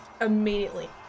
immediately